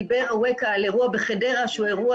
דיבר אווקה על האירוע בחדרה שהוא אירוע